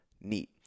NEAT